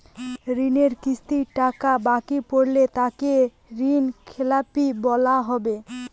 ঋণের কিস্তি কটা বাকি পড়লে তাকে ঋণখেলাপি বলা হবে?